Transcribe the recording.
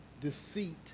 deceit